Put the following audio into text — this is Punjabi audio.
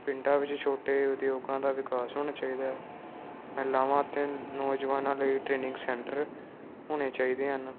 ਪਿੰਡਾਂ ਵਿੱਚ ਛੋਟੇ ਉਦਯੋਗਾਂ ਦਾ ਵਿਕਾਸ ਹੋਣਾ ਚਾਹੀਦਾ ਹੈ ਮਹਿਲਾਵਾਂ ਅਤੇ ਨੌਜਵਾਨਾਂ ਲਈ ਟ੍ਰੇਨਿੰਗ ਸੈਂਟਰ ਹੋਣੇ ਚਾਹੀਦੇ ਹਨ